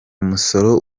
musoro